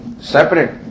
separate